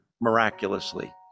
miraculously